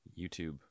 YouTube